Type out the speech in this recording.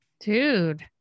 dude